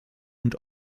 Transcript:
und